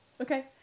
Okay